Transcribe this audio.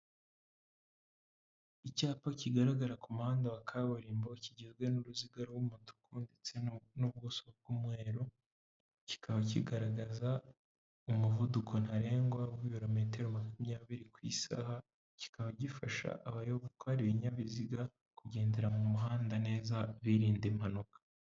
Icyapa kigaragara ku muhanda wa kaburimbo, kigizwe n'uruziga rw'umutuku ndetse n'ubuso bw'umweru, kikaba kigaragaza umuvuduko ntarengwa w'ibirometero makumyabiri ku isaha, kikaba gifasha abayobozi gutwara ibinyabiziga kugendera mu muhanda neza birinda impanuka